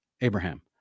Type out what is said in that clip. Abraham